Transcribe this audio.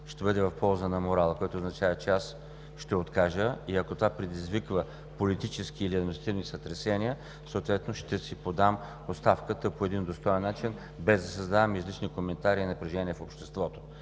ще бъде в полза на морала, което означава, че ще откажа. Ако това предизвиква политически или административни сътресения, ще си подам оставката по достоен начин, без да създавам излишни коментари и напрежение в обществото.